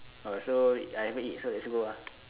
all right so I haven't eat so let's go ah